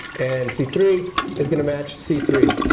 and c three is going to match c three.